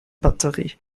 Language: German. batterie